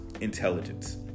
Intelligence